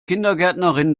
kindergärtnerin